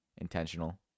intentional